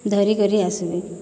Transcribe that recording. ଧରିକରି ଆସିବି